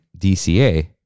DCA